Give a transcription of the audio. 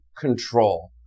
control